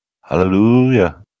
Hallelujah